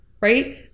Right